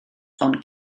ond